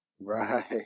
Right